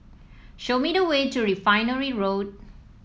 show me the way to Refinery Road